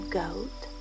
goat